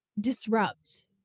disrupt